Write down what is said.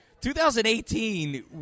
2018